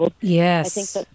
Yes